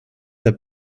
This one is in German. der